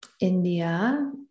india